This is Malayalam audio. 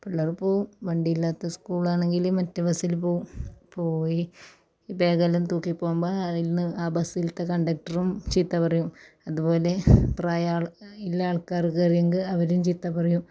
പിള്ളേര് പോവും വണ്ടിയില്ലാത്ത സ്കൂളാണെങ്കിൽ മറ്റെ ബസിൽ പോവും പോയി ബാഗെല്ലം തൂക്കി പോവുമ്പോൾ അയിലിന്നു അ ബസിലത്തെ കണ്ടക്ടറും ചീത്ത പറയും അതുപോലെ പ്രായ ആയ ഉളള ആൾക്കാറ് കയറിയെങ്കിൽ അവരും ചീത്ത പറയും